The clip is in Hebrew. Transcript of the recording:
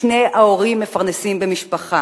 שני ההורים מפרנסים במשפחה.